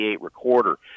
Recorder